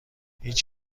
هیچ